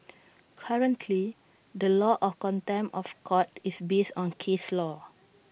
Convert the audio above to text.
currently the law of contempt of court is based on case law